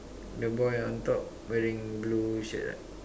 the boy on top wearing blue shirt ah